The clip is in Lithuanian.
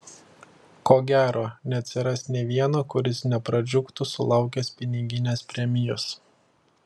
ko gero neatsiras nė vieno kuris nepradžiugtų sulaukęs piniginės premijos